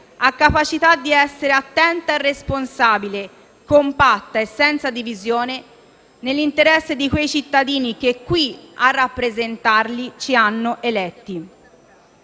la capacità di essere attenta e responsabile, compatta e senza divisioni, nell'interesse di quei cittadini che ci hanno eletti